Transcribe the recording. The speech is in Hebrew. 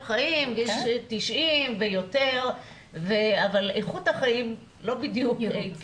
חיים עד גיל 90 ויותר אבל איכות החיים לא בדיוק.